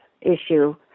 issue